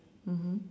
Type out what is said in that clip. mmhmm